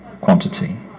quantity